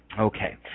Okay